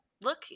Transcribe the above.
look